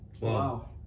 wow